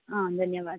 ಹಾಂ ಧನ್ಯವಾದಗಳು